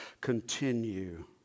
continue